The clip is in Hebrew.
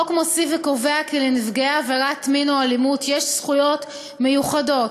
החוק מוסיף וקובע כי לנפגעי עבירת מין או אלימות יש זכויות מיוחדות,